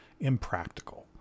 impractical